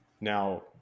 Now